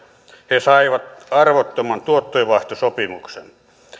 he saivat arvottoman tuottojenvaihtosopimuksen